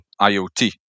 IoT